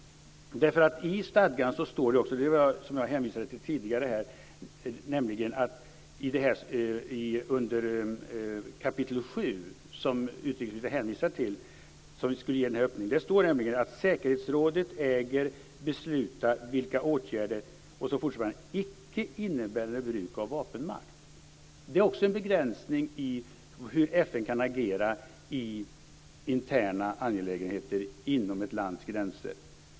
Jag och även utrikesministern hänvisade tidigare till stadgan där följande som skulle ge denna öppning står under kapitel VII: Det är också en begränsning i hur FN kan agera i interna angelägenheter inom ett lands gränser.